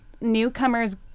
newcomers